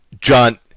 John